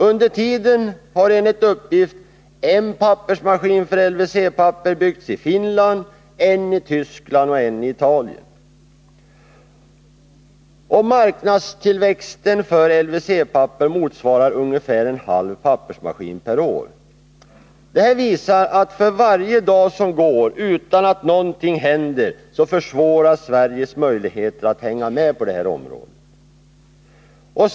Under tiden har enligt uppgift en pappersmaskin för LVC-papper byggts i Finland, en i Tyskland och en i Italien. Marknadstillväxten för LVC-papper motsvarar ungefär en halv pappersmaskin per år. Detta visar att för var dag som går utan att någonting händer, försvåras Sveriges möjligheter att hänga med på det här området.